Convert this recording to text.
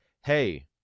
Hey